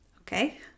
okay